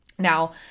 Now